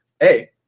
hey